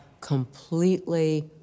completely